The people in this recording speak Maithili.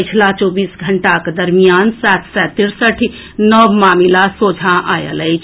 पछिला चौबीस घंटाक दरमियान सात सय तिरसठि नव मामिला सोझा आएल अछि